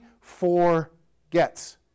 forgets